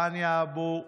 ראניה אבו מדיגם,